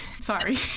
Sorry